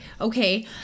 okay